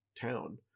town